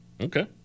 Okay